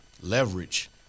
leverage